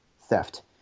theft